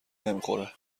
نمیخوره